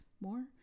more